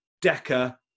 Decker